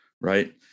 right